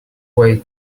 way